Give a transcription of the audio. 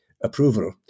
approval